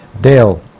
Dale